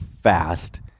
fast